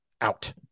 out